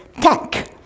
tank